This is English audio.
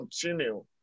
continue